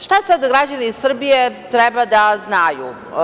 Šta sada građani Srbije treba da znaju?